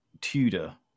Tudor